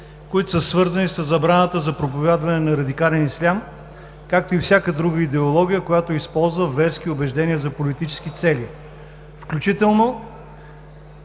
които са свързани със забраната за проповядване на радикален ислям, както и всяка друга идеология, която използва верски убеждения за политически цели, включително